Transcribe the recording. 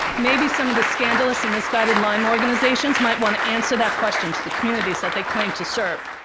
maybe some of the scandalous and misguided lyme organizations might want to answer that question to the communities that they claim to serve.